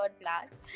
glass